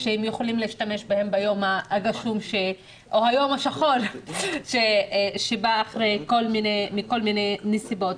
שהם יכולים להשתמש בהם ביום הגשום או היום השחור שבא מכל מיני נסיבות.